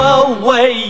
away